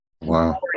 Wow